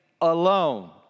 alone